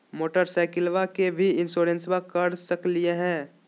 मोटरसाइकिलबा के भी इंसोरेंसबा करा सकलीय है?